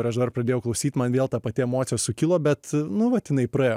ir aš dabar pradėjau klausyt man vėl ta pati emocija sukilo bet nu vat jinai praėjo